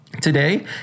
Today